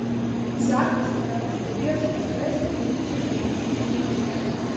zakas jame pastebėjo šviesoje spindinčią deimantinę gėlytę